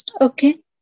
Okay